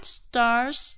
stars